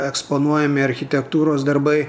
eksponuojami architektūros darbai